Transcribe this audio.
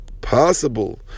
possible